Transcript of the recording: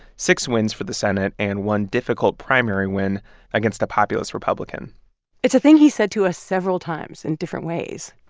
six wins for the senate and one difficult primary win against a populous republican it's a thing he said to us several times in different ways,